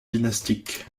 dynastique